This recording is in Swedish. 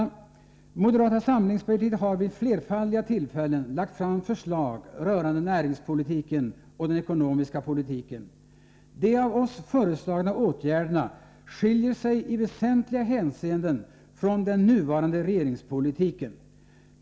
Moderata samlingspartiet har vid flerfaldiga tillfällen lagt fram förslag rörande näringspolitiken och den ekonomiska politiken. De av oss föreslagna åtgärderna skiljer sig i väsentliga hänseenden från den nuvarande regeringspolitiken.